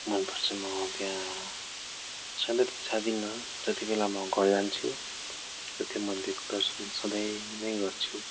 मनपर्छ म त्यहाँ सधैँ त जाँदिन जतिबेला म घर जान्छु र त्यो मन्दिरको दर्शन सधैँ नै गर्छु